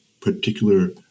particular